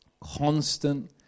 Constant